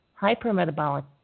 hypermetabolic